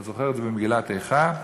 אתה זוכר את זה ממגילת איכה,